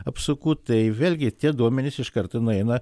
apsukų tai vėlgi tie duomenys iš karto nueina